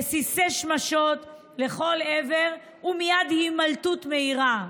רסיסי שמשות לכל עבר, ומייד הימלטות מהירה.